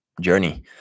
journey